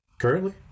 Currently